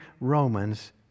Romans